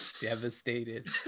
Devastated